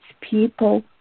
people